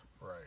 Right